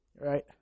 right